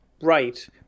Right